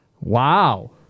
Wow